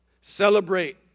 celebrate